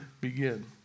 begin